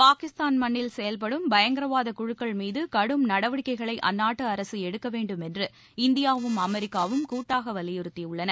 பாகிஸ்தான் மண்ணில் செயல்படும் பயங்கரவாத குழுக்கள் மீது கடும் நடவடிக்கைகளை அந்நாட்டு அரசு எடுக்கவேண்டும் என்று இந்தியாவும் அமெரிக்காவும் கூட்டாக வலியுறுத்தியுள்ளன